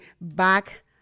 Back